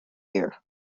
year